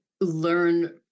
learn